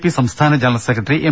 P സംസ്ഥാന general secretary M